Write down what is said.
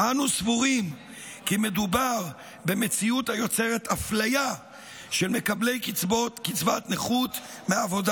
אנו סבורים כי מדובר במציאות היוצרת אפליה של מקבלי קצבת נכות מעבודה